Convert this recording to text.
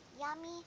yummy